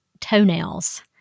toenails